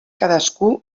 cadascú